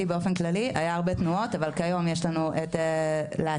היו הרבה תנועות אבל כיום יש את הלהט"ב,